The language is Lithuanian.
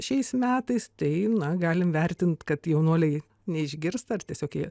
šiais metais tai na galim vertint kad jaunuoliai neišgirsta ar tiesiog jie